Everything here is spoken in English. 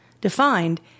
Defined